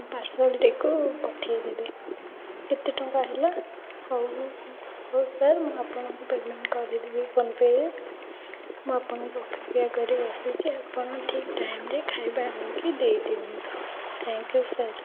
ପାର୍ସଲଟିକୁ ପଠେଇଦେବେ କେତେଟଙ୍କା ହେଲା ହେଉ ହେଉ ହେଉ ସାର୍ ମୁଁ ଆପଣଙ୍କୁ ପେମେଣ୍ଟ୍ କରିଦେବି ଫୋନ୍ ପେ'ରେ ମୁଁ ଆପଣଙ୍କୁ ଅପେକ୍ଷା କରି ବସିଛି ଆପଣ ଠିକ୍ ଟାଇମ୍ରେ ଖାଇବା ଆଣିକି ଦେଇଦିଅନ୍ତୁ ଥ୍ୟାଙ୍କ ୟୁ ସାର୍